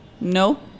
No